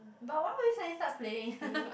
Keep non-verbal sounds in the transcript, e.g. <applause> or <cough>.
but why would it suddenly start playing <laughs>